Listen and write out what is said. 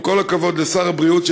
עם כל הכבוד לשר הבריאות,